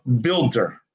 builder